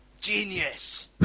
Genius